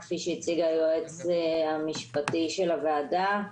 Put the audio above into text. כפי שהציג היועץ המשפטי של הוועדה,